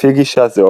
לפי גישה זו,